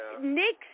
Nick